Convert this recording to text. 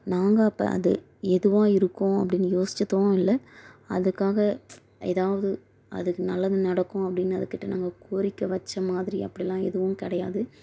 நாங்கள் அப்போ அது எதுவாக இருக்கும் அப்படினு யோசிச்சதும் இல்லை அதற்காக எதாவது அதுக்கு நல்லது நடக்கும் அப்படினு அதுக்கிட்ட நாங்கள் கோரிக்கை வச்ச மாதிரி அப்படிலாம் எதுவும் கிடையாது